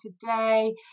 today